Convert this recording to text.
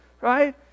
Right